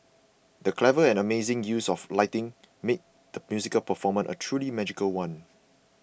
the clever and amazing use of lighting made the musical performance a truly magical one